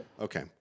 okay